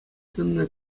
тытӑннӑ